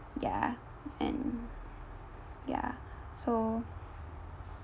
ya and ya so